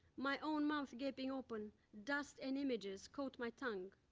my own mouth gaping open dust and images coat my tongue.